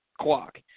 clock